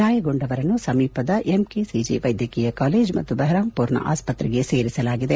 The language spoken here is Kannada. ಗಾಯಗೊಂಡವರನ್ನು ಸಮೀಪದ ಎಂಕೆಸಿಜಿ ವೈದ್ಯಕೀಯ ಕಾಲೇಜ್ ಮತ್ತು ಬಹರಾಂಪೂರ್ ದ ಆಸ್ವತ್ರೆಗೆ ಸೇರಿಸಲಾಗಿದೆ